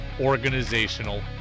organizational